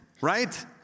right